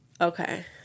Okay